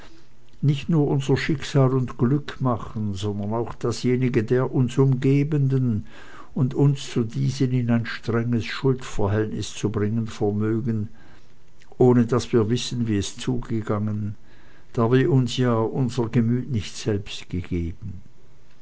nicht nur unser schicksal und glück machen sondern auch dasjenige der uns umgebenden und uns zu diesen in ein strenges schuldverhältnis zu bringen vermögen ohne daß wir wissen wie es zugegangen da wir uns ja unser gemüt nicht selbst gegeben